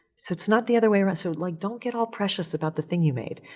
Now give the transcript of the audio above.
so it's not the other way around. so, like, don't get all precious about the thing you made.